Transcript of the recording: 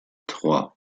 trois